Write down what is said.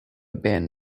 band